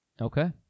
Okay